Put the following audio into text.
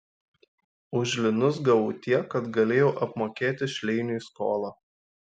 už linus gavau tiek kad galėjau apmokėti šleiniui skolą